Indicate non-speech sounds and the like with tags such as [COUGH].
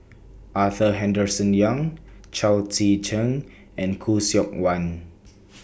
Arthur Henderson Young Chao Tzee Cheng and Khoo Seok Wan [NOISE]